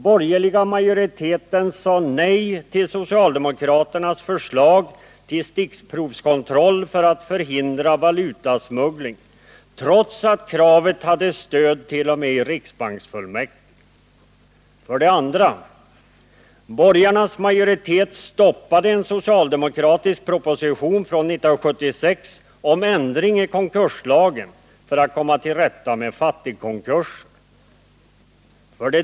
Borgarnas majoritet stoppade en socialdemokratisk proposition från 1976 om ändring i konkurslagen för att komma till rätta med fattigkonkurser. 3.